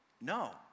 no